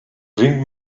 bring